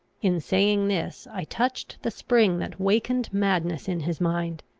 in saying this i touched the spring that wakened madness in his mind.